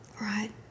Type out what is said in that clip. Right